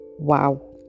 wow